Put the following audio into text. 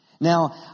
Now